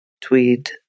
tweed